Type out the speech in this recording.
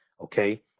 Okay